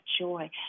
joy